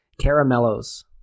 Caramellos